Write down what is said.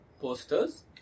posters